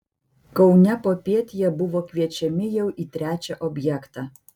kaune popiet jie buvo kviečiami jau į trečią objektą